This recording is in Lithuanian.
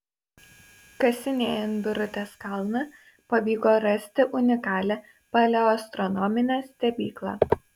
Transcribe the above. kasinėjant birutės kalną pavyko rasti unikalią paleoastronominę stebyklą